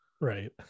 right